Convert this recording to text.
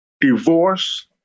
Divorce